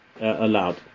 allowed